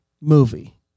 movie